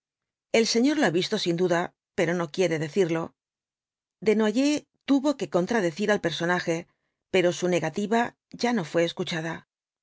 el señor lo l visto sin duda pero no quiere decirlo desnoyers tuvo que contradecir al personaje pero su negativa ya no fué escuchada